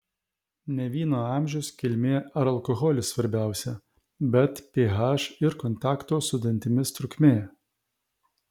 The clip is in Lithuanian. ne vyno amžius kilmė ar alkoholis svarbiausia bet ph ir kontakto su dantimis trukmė